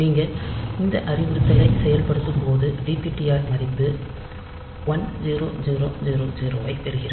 நீங்கள் இந்த அறிவுறுத்தலைச் செயல்படுத்தும்போது dptr மதிப்பு 1000 ஐப் பெறுகிறது